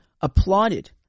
applauded